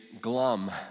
glum